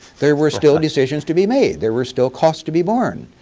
there were still decisions to be made. there were still costs to be born.